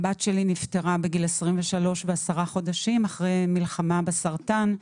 הבת שלי נפטרה בגיל 23 ו-10 חודשים אחרי מלחמה בסרטן.